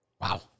Wow